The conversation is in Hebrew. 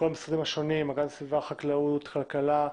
הגנת הסביבה, חקלאות, כלכלה,